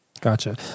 Gotcha